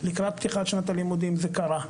לקראת פתיחת שנת הלימודים זה קרה.